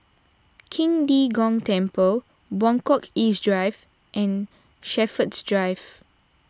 Qing De Gong Temple Buangkok East Drive and Shepherds Drive